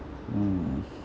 mm